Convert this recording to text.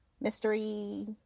Mystery